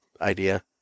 idea